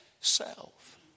self